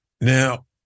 Now